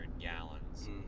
gallons